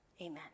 Amen